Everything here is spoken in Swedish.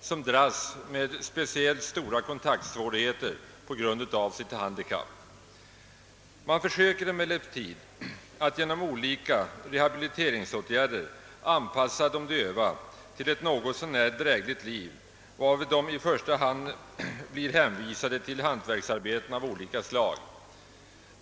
som dras med speciellt stora kontaktsvårigheter på grund av sitt handikapp. Man försöker emellertid att genom olika re habiliteringsåtgärder anpassa de döva till ett något så när drägligt liv, varvid de i första hand blir hänvisade till hantverksarbeten av olika slag.